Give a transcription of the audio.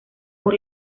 por